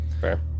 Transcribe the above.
Fair